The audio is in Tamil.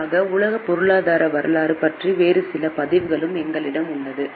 குறிப்பாக உலக பொருளாதார வரலாறு பற்றி வேறு சில பதிவுகளும் எங்களிடம் உள்ளன